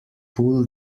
pull